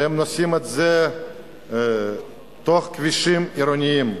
שהם עושים את זה בכבישים עירוניים.